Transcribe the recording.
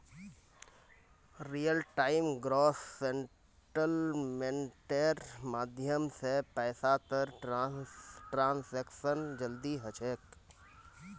real time gross सेटलमेंटेर माध्यम स पैसातर ट्रांसैक्शन जल्दी ह छेक